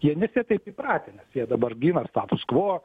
jie nes jie taip įpratę nes jie dabar gina status kvo